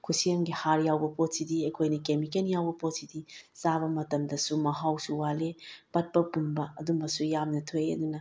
ꯈꯨꯠꯁꯦꯝꯒꯤ ꯍꯥꯔ ꯌꯥꯎꯕ ꯄꯣꯠꯁꯤꯗꯤ ꯑꯩꯈꯣꯏꯅ ꯀꯦꯃꯤꯀꯦꯜ ꯌꯥꯎꯕ ꯄꯣꯠꯁꯤꯗꯤ ꯆꯥꯕ ꯃꯇꯝꯗꯁꯨ ꯃꯍꯥꯎꯁꯨ ꯋꯥꯠꯂꯤ ꯄꯠꯄ ꯄꯨꯝꯕ ꯑꯗꯨꯝꯕꯁꯨ ꯌꯥꯝꯅ ꯊꯣꯛꯏ ꯑꯗꯨꯅ